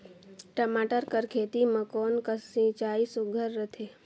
टमाटर कर खेती म कोन कस सिंचाई सुघ्घर रथे?